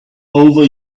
over